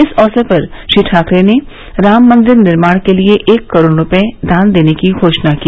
इस अवसर पर श्री ठाकरे ने राम मंदिर निर्माण के लिये एक करोड़ रूपये दान देने की घोषणा की